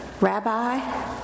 Rabbi